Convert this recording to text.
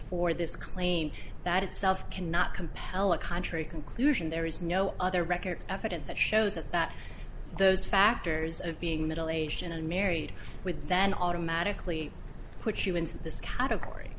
for this claim that itself cannot compel a contrary conclusion there is no other record evidence that shows that that those factors of being middle aged and married with then automatically puts you into this category